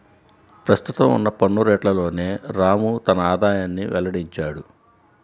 ప్రస్తుతం ఉన్న పన్ను రేట్లలోనే రాము తన ఆదాయాన్ని వెల్లడించాడు